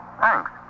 Thanks